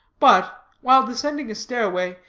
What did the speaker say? but, while descending a stairway,